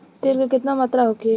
तेल के केतना मात्रा होखे?